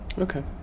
Okay